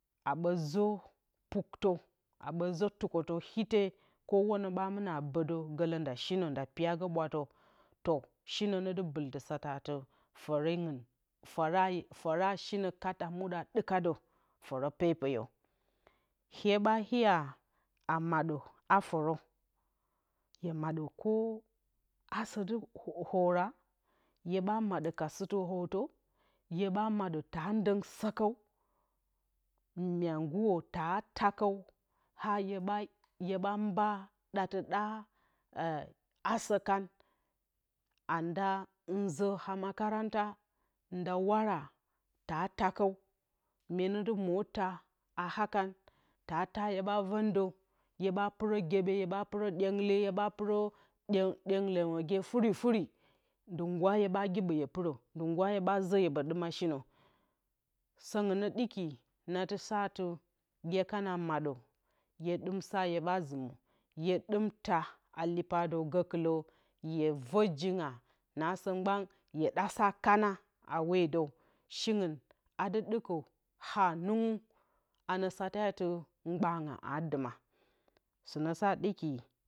Aabǝ zǝ puktǝ a tɨkǝtǝ ite kǝwonǝ ɓa bǝdǝ nda shinǝ nda piyagǝ bwattǝ to shinǝ ne dɨ bɨldǝ satǝ fǝra shinǝ kat a muɗa ɗɨka dǝ fǝrǝ pepeyǝ hyeɓa heeya a maɗǝ a fǝrǝ hye madǝ kǝ asǝ dǝ hora hye maɗǝ ka sɨtɨ ootǝ, hye ɓa maɗǝ taa ndǝng asǝ kǝw, mya ngɨrǝ taa taakǝw a hye ɓa mba ɗatǝ ɗa asǝ kan anda nzǝ a makaranta nda warataa taakǝw menedɨ mota a hakan taa taadǝw a hye ɓa vǝn dǝhyeɓa pɨrǝ gyeɓe hye ɓa pɨrǝ ɗyengle lǝmǝgye furi furin dɨ ngǝwa hye ɓa gyeɓǝ hye pɨrǝdɨ nguwa hyeɓa zǝ hyeɓǝ ɗɨma shinǝ sǝngɨn nǝ ɗɨki nadɨ sa atɨ hye kana maɗǝ hye ɗim saa hyeɓa zɨmǝh hye ɗɨm taa a lipadǝw gǝkɨlǝ hye vǝ jinga nasǝ mgban hye ɗa sa kana a wedǝw shingɨn adɨ ɗikǝ hanɨngu anǝ sate atɨ mgbanga aa dɨma sɨnǝ sa ɗiki